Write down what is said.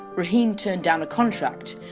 raheem turned down a contract,